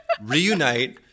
reunite